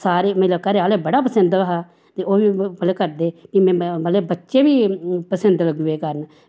सारे मेरे घरे आह्ले बड़ा पसिंद हा ते ओह् मतलब करदे मतलब बच्चे बी पसिंद लगी पे करन